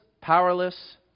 powerless